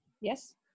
Yes